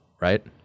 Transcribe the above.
right